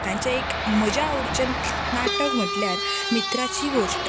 तांचें एक म्हज्या आवडीचें नाटक म्हणल्यार मित्राची गोश्ट